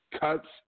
cuts